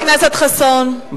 חבר הכנסת חסון.